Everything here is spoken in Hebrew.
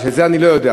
ואת זה אני לא יודע.